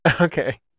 Okay